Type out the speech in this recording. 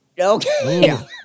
Okay